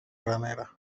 granera